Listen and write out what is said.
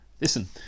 listen